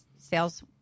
sales